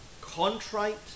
contrite